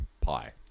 pie